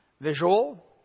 visual